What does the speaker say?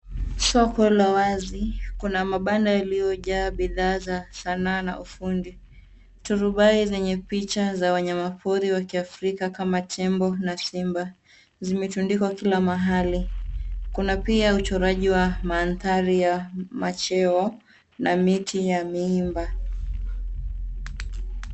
Soko la wazi, kuna mabano yaliyojaa bidhaa za sanaa na ufundi . Turubai zenye picha za wanyama pori wa kiafrika kama vile, tembo na simba, zimetundikwa kila mahali. Kuna pia uchoraji wa mandhari ya macheo na miti ya miimba.